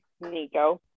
Nico